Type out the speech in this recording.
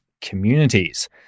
communities